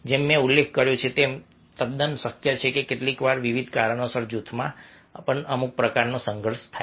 જેમ મેં ઉલ્લેખ કર્યો છે કે તે તદ્દન શક્ય છે કે કેટલીકવાર વિવિધ કારણોસર જૂથમાં પણ અમુક પ્રકારનો સંઘર્ષ થાય